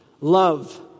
Love